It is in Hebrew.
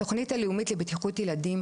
התוכנית הלאומית לבטיחות ילדים,